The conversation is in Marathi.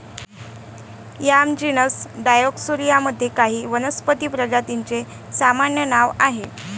याम जीनस डायओस्कोरिया मध्ये काही वनस्पती प्रजातींचे सामान्य नाव आहे